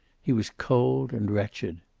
he was cold and wretched.